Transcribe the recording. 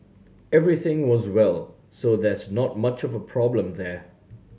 everything was well so there's not much of problem there